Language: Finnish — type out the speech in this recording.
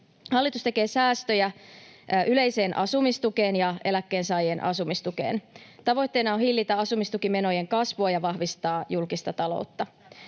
Hallitus tekee säästöjä yleiseen asumistukeen ja eläkkeensaajien asumistukeen. Tavoitteena on hillitä asumistukimenojen kasvua ja vahvistaa julkista taloutta.